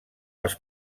els